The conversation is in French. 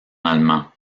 allemand